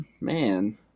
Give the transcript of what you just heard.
Man